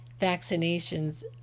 vaccinations